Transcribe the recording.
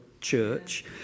Church